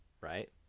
right